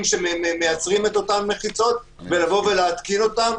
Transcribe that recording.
שמייצרים את המחיצות ולבוא ולהתקין אותן.